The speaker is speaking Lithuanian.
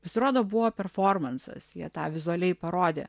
pasirodo buvo performansas jie tą vizualiai parodė